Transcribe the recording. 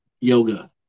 yoga